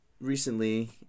recently